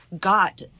got